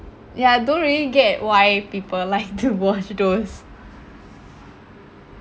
ya I don't really get why people like to watch those